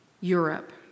Europe